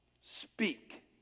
Speak